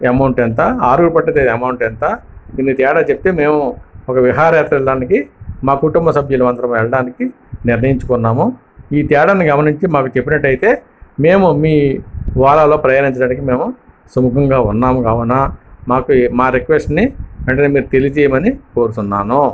amount ఎంత ఆరుగురు పట్టెదైతే అమౌంట్ ఎంత దేనికి తేడా చెప్తే మేము ఒక విహారయాత్ర వెళ్ళడానికి మా కుటుంబసబ్యులం అందరం వెళ్ళడానికి నిర్ణయించుకున్నాము ఈ తేడాను గమనించి మాకు చెప్పినట్టయితే మేము మీ ఓలాలో ప్రయాణించడానికి మేము సుముఖంగా ఉన్నాము కావునా మాకు మా రిక్వెస్ట్ని వెంటనే మీరు తెలియజేయమని కోరుతున్నాను